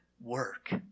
work